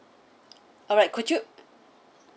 alright could you